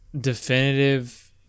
definitive